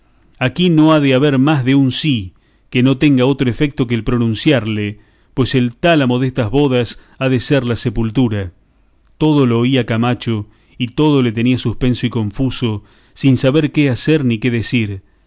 aquí no ha de haber más de un sí que no tenga otro efecto que el pronunciarle pues el tálamo de estas bodas ha de ser la sepultura todo lo oía camacho y todo le tenía suspenso y confuso sin saber qué hacer ni qué decir